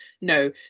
no